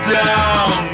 down